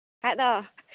ᱵᱟᱠᱷᱟᱡ ᱫᱚ